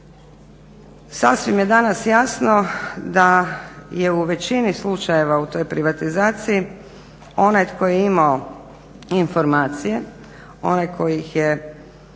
Sasvim je danas jasno da je u većini slučajeva u toj privatizaciji onaj tko je imao informacije, onaj ko ih je